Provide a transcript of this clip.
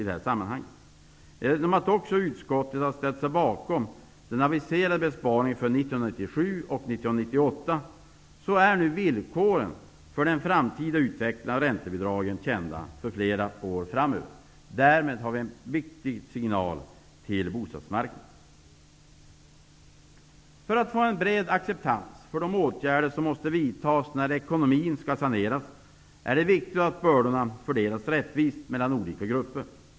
Det innebär också att den ekonomiska politiken skall präglas av ansvar för kommande generationer. Vi måste skapa ett bra företagsklimat, och vi måste ge företagen svängrum och låta fler företag känna att vi är på rätt väg. Vi måste skapa investeringsvilja för att kunna bekämpa arbetslösheten. Långtidsarbetslösheten är för många människor kanske det mest allvarliga.